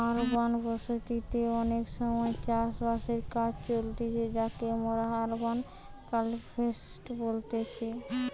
urban বসতি তে অনেক সময় চাষ বাসের কাজ চলতিছে যাকে মোরা আরবান কাল্টিভেশন বলতেছি